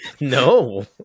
no